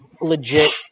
legit